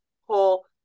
whole